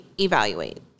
evaluate